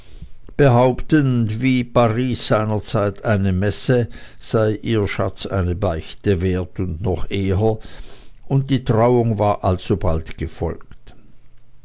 behauptend wie paris seinerzeit eine messe sei ihr schatz eine beichte wert und noch eher und die trauung war alsobald gefolgt